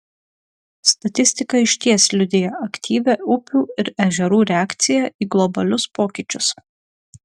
statistika išties liudija aktyvią upių ir ežerų reakciją į globalius pokyčius